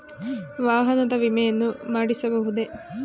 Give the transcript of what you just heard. ವಾಹನದ ವಿಮೆಯನ್ನು ಮಾಡಿಸಬಹುದೇ?